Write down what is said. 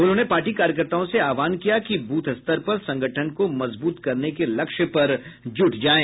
उन्होंने पार्टी कार्यकर्ताओं से आहवान किया कि बूथ स्तर पर संगठन को मजबूत करने के लक्ष्य पर जुट जायें